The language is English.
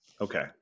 Okay